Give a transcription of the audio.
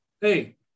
hey